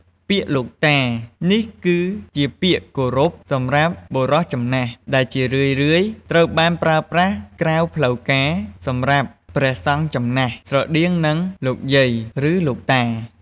ពាក្យ លោកតា នេះគឺជាពាក្យគោរពសម្រាប់បុរសចំណាស់ ដែលជារឿយៗត្រូវបានប្រើប្រាស់ក្រៅផ្លូវការសម្រាប់ព្រះសង្ឃចំណាស់ ស្រដៀងនឹង "លោកយាយ" ឬ "លោកតា"។